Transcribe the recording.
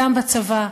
גם בצבא.